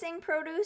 produce